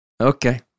Okay